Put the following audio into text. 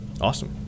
awesome